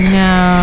no